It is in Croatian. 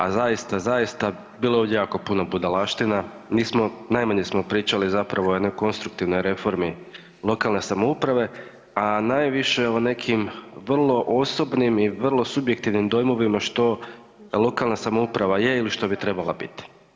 A zaista, zaista bilo je ovdje jako puno budalaština, mi smo najmanje smo pričali zapravo o jednoj konstruktivnoj reformi lokalne samouprave, a najviše o nekim vrlo osobnim i vrlo subjektivnim dojmovima što lokalna samouprava je ili što bi trebala biti.